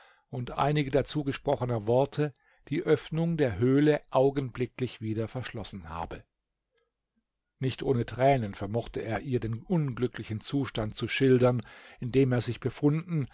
und einige dazu gesprochener worte die öffnung der höhle augenblicklich wieder verschlossen habe nicht ohne tränen vermochte er ihr den unglücklichen zustand zu schildern in dem er sich befunden